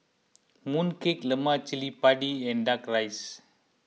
Mooncake Lemak Cili Padi and Duck Rice